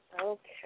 Okay